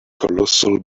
colossal